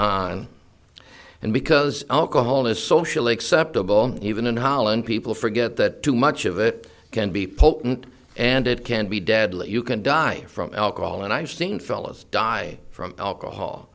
on and because alcohol is socially acceptable even in holland people forget that too much of it can be pope didn't and it can be deadly you can die from alcohol and i've seen fellows die from alcohol